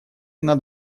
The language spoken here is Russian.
над